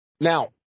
Now